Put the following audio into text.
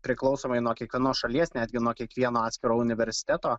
priklausomai nuo kiekvienos šalies netgi nuo kiekvieno atskiro universiteto